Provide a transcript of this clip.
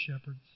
shepherds